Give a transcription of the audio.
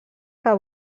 que